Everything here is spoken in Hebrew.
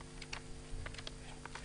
הצבעה אושר.